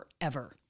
forever